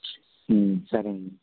సరేనండి